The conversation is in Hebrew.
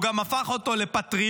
הוא גם הפך אותו לפטריוט.